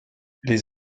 les